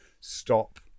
stop